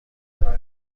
کنه